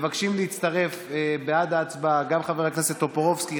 מבקשים להצטרף בעד ההצבעה גם חבר הכנסת טופורובסקי,